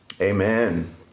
amen